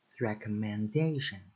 Recommendation